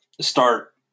start